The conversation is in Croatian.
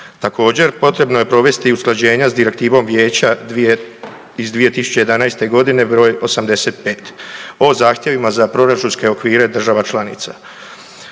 Također potrebno je provesti i usklađenja s Direktivom vijeća iz 2011.g. br. 85. o zahtjevima za proračunske okvire država članica.